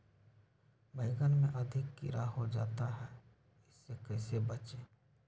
बैंगन में अधिक कीड़ा हो जाता हैं इससे कैसे बचे?